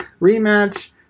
rematch